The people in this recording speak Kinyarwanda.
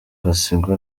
gasigwa